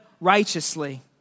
righteously